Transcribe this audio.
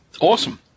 Awesome